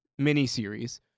miniseries